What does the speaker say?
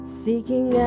seeking